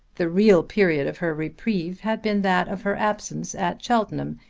the real period of her reprieve had been that of her absence at cheltenham,